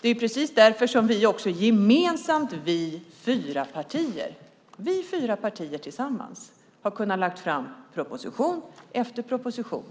Det är precis därför som vi fyra partier också tillsammans har kunnat lägga fram proposition efter proposition,